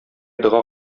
дога